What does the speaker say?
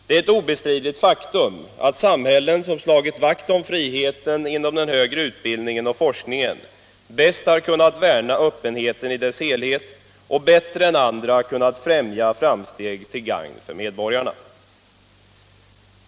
Det är ett obestridligt faktum att samhällen som har slagit vakt om friheten inom den högre utbildningen och forskningen bäst har kunnat värna öppenheten i dess helhet och bättre än andra har kunnat främja framsteg till gagn för medborgarna.